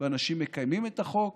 ואנשים מקיימים את החוק,